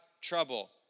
trouble